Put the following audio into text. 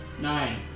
Nine